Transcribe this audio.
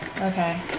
Okay